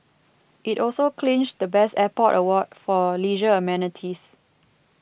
it also clinched the best airport award for leisure amenities